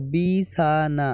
বিছানা